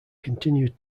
continued